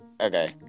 Okay